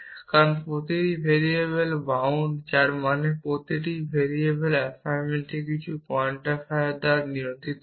কারণ প্রতিটি variable bound যার মানে প্রতিটি ভেরিয়েবল অ্যাসাইনমেন্ট কিছু কোয়ান্টিফায়ার দ্বারা নিয়ন্ত্রিত হয়